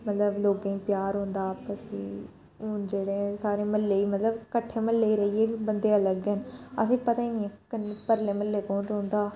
मतलब लोकें गी प्यार होंदा हा आपस च हून जेह्ड़े सारे म्हल्ले मतलब कट्ठे म्हल्ले च रेहयै बी बंदे अलग न असेंगी पता नी ऐ परले म्हल्ले कौन रौंह्दा